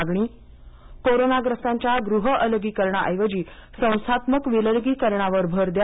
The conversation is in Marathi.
मागणी कोरोनाग्रस्तांच्या गृह अलगीकरणा ऐवजी संस्थात्मक विलगीकरणावर भर द्या